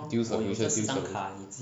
丢 solution 丢 solution